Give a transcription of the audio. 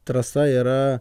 trasa yra